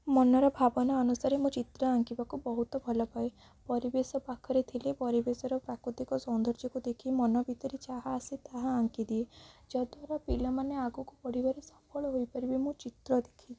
ମନର ଭାବନା ଅନୁସାରେ ମୁଁ ଚିତ୍ର ଆଙ୍କିବାକୁ ବହୁତ ଭଲପାଏ ପରିବେଶ ପାଖରେ ଥିଲେ ପରିବେଶର ପ୍ରାକୃତିକ ସୌନ୍ଦର୍ଯ୍ୟକୁ ଦେଖି ମନ ଭିତରେ ଯାହା ଆସେ ତାହା ଆଙ୍କିଦିଏ ଯଦ୍ୱାରା ପିଲାମାନେ ଆଗକୁ ବଢ଼ିବାରେ ସଫଳ ହୋଇପାରିବେ ମୋ ଚିତ୍ର ଦେଖି